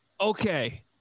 Okay